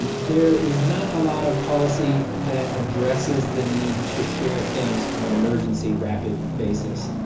and there is not a lot of policy that addresses the need to share things on an emergency rapid basis.